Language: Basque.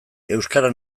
euskara